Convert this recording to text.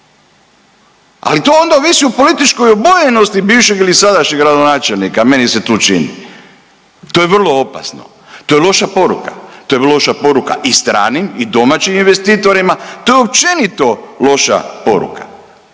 ali to onda ovisi o političkoj obojenosti bivšeg ili sadašnjeg gradonačelnika, meni se tu čini. To je vrlo opasno, to je loša poruka, to je vrlo loša poruka i stranim i domaćim investitorima, to je općenito loša poruka.